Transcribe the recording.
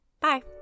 Bye